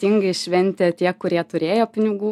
tingiai šventė tie kurie turėjo pinigų